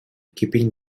keeping